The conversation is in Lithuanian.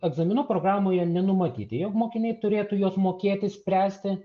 egzaminų programoje nenumatyti jeigu mokiniai turėtų juos mokėti spręsti